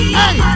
hey